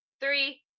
Three